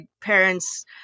parents